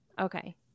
Okay